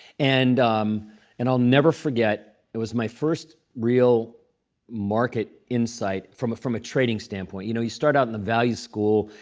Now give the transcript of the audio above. and um and i'll never forget it was my first real market insight from from a trading standpoint. you know you start out in the value school.